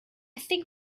think